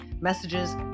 messages